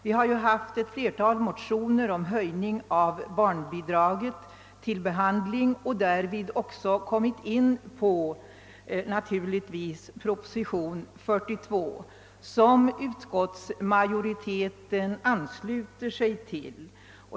Vi har i andra lagutskottet haft ett flertal motioner om höjning av barnbidraget till behandling och därvid helt naturligt även kommit in på proposition nr 42, som utskottsmajoriteten ansluter sig till.